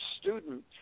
student